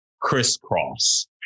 crisscross